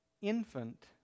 infant